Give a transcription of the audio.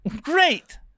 Great